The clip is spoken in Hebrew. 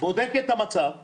בודקת את המצב ואומרת: